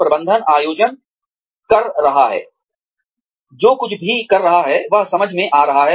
प्रबंधन आयोजन कर रहा है जो कुछ भी कर रहा है वह समझ में आ रहा है